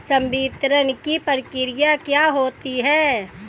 संवितरण की प्रक्रिया क्या होती है?